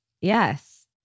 Yes